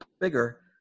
bigger